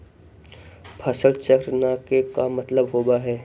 फसल चक्र न के का मतलब होब है?